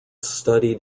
studied